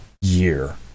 year